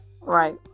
Right